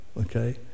okay